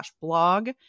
blog